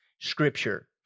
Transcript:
Scripture